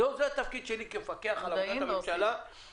זה התפקיד שלי כמפקח על עבודת הממשלה -- מודעים ועושים.